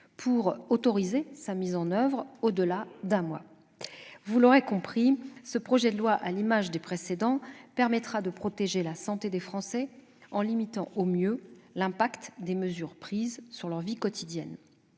pour autoriser sa mise en oeuvre au-delà d'un mois. Encore heureux ! Vous l'aurez compris, ce projet de loi, à l'image des précédents, permettra de protéger la santé des Français en limitant au mieux l'impact des mesures prises sur leur vie quotidienne.